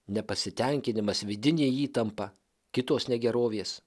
nepasitenkinimas vidinė įtampa kitos negerovės